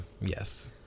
yes